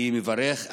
אני מברך,